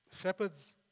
Shepherds